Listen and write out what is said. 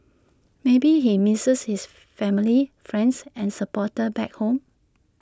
maybe he misses his family friends and supporters back home